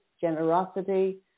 generosity